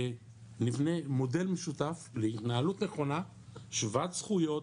נבנה מודל משותף להתנהלות נכונה שוות זכויות